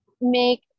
make